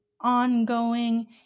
ongoing